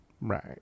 Right